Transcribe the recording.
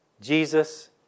Jesus